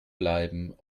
bleiben